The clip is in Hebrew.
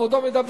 כבודו מדבר.